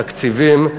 תקציבים,